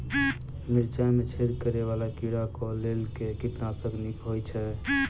मिर्चाय मे छेद करै वला कीड़ा कऽ लेल केँ कीटनाशक नीक होइ छै?